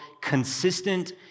consistent